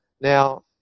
Now